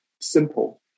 simple